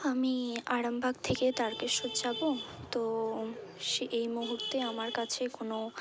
আমি আরামবাগ থেকে তারকেশ্বর যাব তো সে এই মুহুর্তে আমার কাছে কোনো